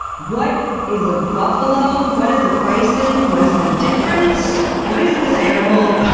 what is a buffalo? what is a bison? what is the difference? what is this animal?